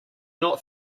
not